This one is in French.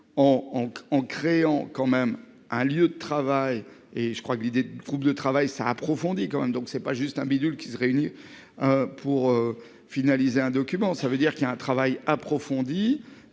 en créant quand même un lieu de travail et je crois que l'idée d'groupe de travail ça approfondit quand même donc c'est pas juste un bidule qui se réuni. Pour finaliser un document. Ça veut dire qu'il y a un travail approfondi